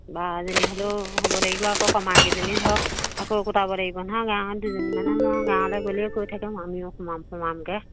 বা এজনী হ'লেও হ'ব লাগিব আকৌ কমাকেইজনী ধৰক আকৌ গোটাব লাগিব নহয় গাঁৱত দুজনী মানে মই গাঁৱলৈ গ'লেই কৈ থাকে মই আমিও সোমাম সোমামকৈ